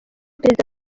perezida